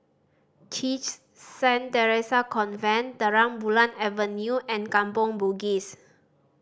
CHIJ Saint Theresa's Convent Terang Bulan Avenue and Kampong Bugis